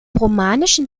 romanischen